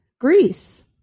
Greece